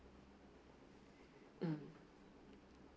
um